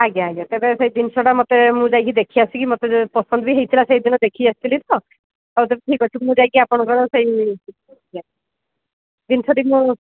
ଆଜ୍ଞା ଆଜ୍ଞା ତେବେ ସେଇ ଜିନିଷଟା ମୋତେ ମୁଁ ଯାଇକି ଦେଖି ଆସିକି ମୋତେ ପସନ୍ଦ ବି ହେଇଥିଲା ସେଇଦିନ ଦେଖିକି ଆସିଥିଲି ତ ହଉ ଠିକ ଅଛି ମୁଁ ଯାଇକି ଆପଣଙ୍କର ସେଇ ଜିନିଷଟିକୁ